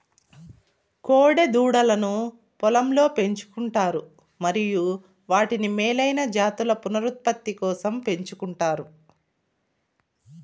కోడె దూడలను పొలంలో పెంచు కుంటారు మరియు వాటిని మేలైన జాతుల పునరుత్పత్తి కోసం పెంచుకుంటారు